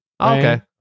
okay